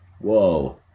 Whoa